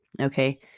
okay